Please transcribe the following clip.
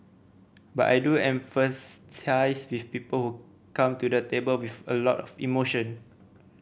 but I do empathise with people come to the table with a lot of emotion